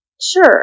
sure